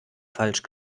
falsch